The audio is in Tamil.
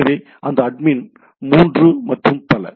எனவே அந்த அட்மின் 3 மற்றும் பல